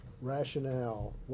rationale